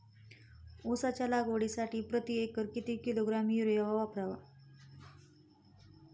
उसाच्या लागवडीसाठी प्रति एकर किती किलोग्रॅम युरिया वापरावा?